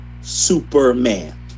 Superman